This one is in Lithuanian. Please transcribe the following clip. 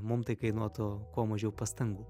mum tai kainuotų kuo mažiau pastangų